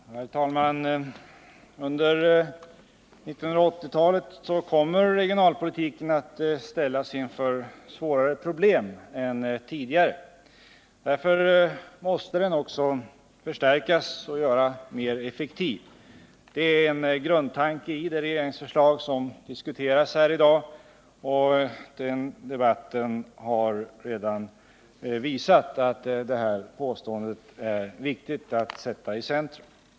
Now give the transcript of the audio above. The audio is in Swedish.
Herr talman! Under 1980-talet kommer regionalpolitiken att ställas inför svårare problem än tidigare. Därför måste den också förstärkas och göras mer effektiv. Det är en grundtanke i det regeringsförslag som diskuteras här i dag. Debatten har redan visat att det är viktigt att den grundtanken sätts i centrum.